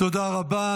תודה רבה.